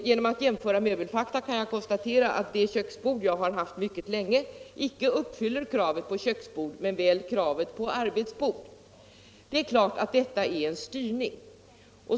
Genom att jämföra med möbelfakta kan jag konstatera att det köksbord som jag haft mycket länge inte uppfyller kraven på köksbord men väl kraven på arbetsbord. Det är klart att detta är en styrning.